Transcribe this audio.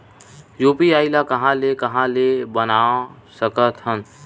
UPI ल कहां ले कहां ले बनवा सकत हन?